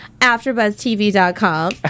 AfterBuzzTV.com